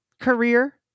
career